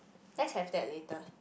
let's have that later